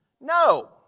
No